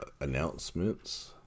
announcements